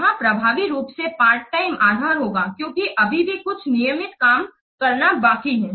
वहाँ प्रभावी रूप से पार्ट टाईम आधार होगा क्योंकि अभी भी कुछ नियमित काम करना बाकी है